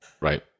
Right